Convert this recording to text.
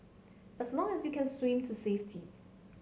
as long as you can swim to safety